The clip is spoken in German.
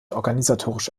organisatorisch